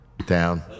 Down